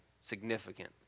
significant